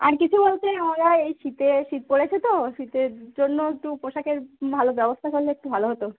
আর কিছু বলতে আমরা এই শীতে শীত পড়েছে তো শীতের জন্য একটু পোশাকের ভালো ব্যবস্থা করলে একটু ভালো হতো